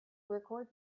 record